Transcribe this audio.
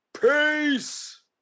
Peace